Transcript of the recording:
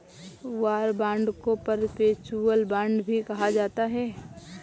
war bond को perpetual bond भी कहा जाता है